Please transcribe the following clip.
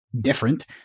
different